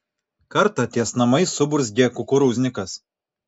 kartą ties namais suburzgė kukurūznikas